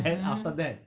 mmhmm